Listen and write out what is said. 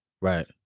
Right